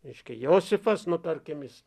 reiškia josifas nu tarkim jis